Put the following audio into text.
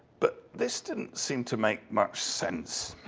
but this didn't seem to make much sense.